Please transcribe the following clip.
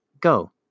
Go